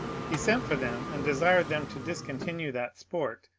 he sent for them and desired them to discontinue that sport,